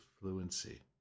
fluency